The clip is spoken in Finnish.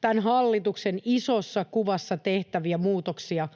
tämän hallituksen isossa kuvassa tehtäviä muutoksia,